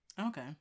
Okay